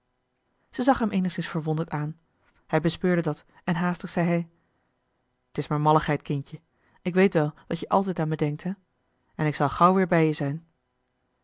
ze zag hem eenigszins verwonderd aan hij bespeurde dat en haastig zei hij t is maar malligheid kindje ik weet wel dat je altijd aan me denkt hè en ik zal gauw weer bij je zijn